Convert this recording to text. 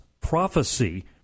prophecy